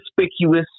inconspicuous